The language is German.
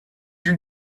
die